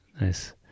Nice